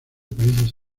países